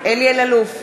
אלי אלאלוף,